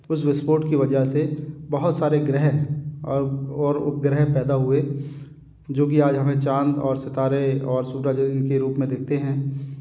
उस विस्फोट की वजह से बहुत सारे ग्रह और और उपग्रह पैदा हुए जो कि आज हमें चाँद और सितारे और सूरज इनके रूप में दिखते हैं